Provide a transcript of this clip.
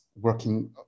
working